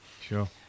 sure